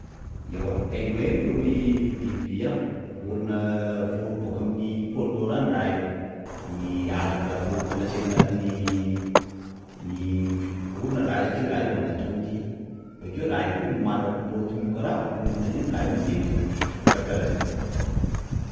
Ewa, Pingouin boka biby hainao, vorona vorona boaka aminy Pôly Nord any raha io, azo atao classena anaty ii vorona raha io satria raha io manatody, bokeo koa raha io manana comportement karah vorona reny raha io mandeh, karakarah zagny.